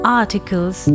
articles